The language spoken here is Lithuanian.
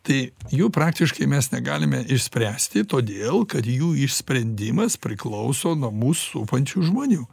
tai jų praktiškai mes negalime išspręsti todėl kad jų išsprendimas priklauso nuo mus supančių žmonių